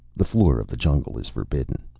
the floor of the jungle is forbidden.